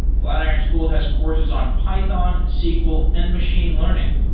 flatiron school has courses on python, sql and machine learning.